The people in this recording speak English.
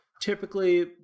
typically